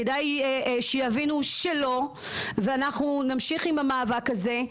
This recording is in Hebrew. כדאי שיבינו שלא ואנחנו נמשיך עם המאבק הזה,